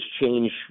change